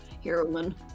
Heroine